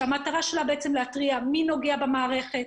שהמטרה שלה היא להתריע מי נוגע במערכת,